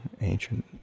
ancient